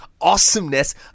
awesomeness